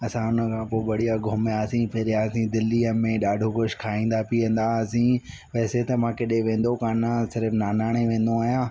असां उनखां पोइ बढ़िया घुमियासीं फिरियासी दिल्लीअ में ॾाढो कुझु खाईंदा पीअंदा हुआसीं वैसे त मां केॾो वेंदो कोन हुअसि सिर्फ़ु नानाणे वेंदो आहियां